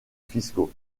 fiscaux